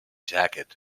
jacket